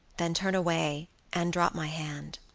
then turn away and drop my hand.